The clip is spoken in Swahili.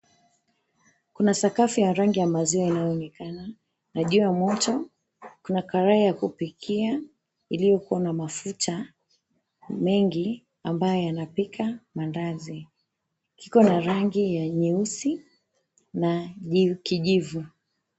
Kuna sakafu ya rangi ya maziwa inayoonekana na juu ya moto, kuna karai ya kupikia iliyoko na mafuta mengi ambayo yanapika mandazi. Iko na rangi ya nyeusi na kijivu.